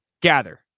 Gather